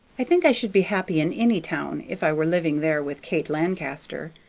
i think i should be happy in any town if i were living there with kate lancaster.